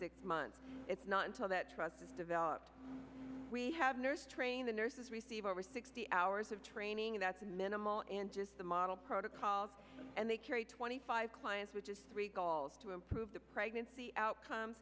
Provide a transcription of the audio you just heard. six months it's not until that trust is developed we have nurse train the nurses receive over sixty hours of training that's minimal and just the model protocol and they carry twenty five clients which is three calls to improve the pregnancy outcome